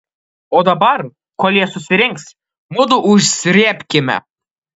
o dabar kol jie susirinks mudu užsrėbkime